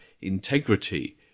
integrity